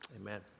Amen